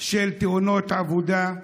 של תאונות עבודה,